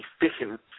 efficient